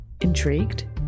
Intrigued